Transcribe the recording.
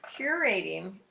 curating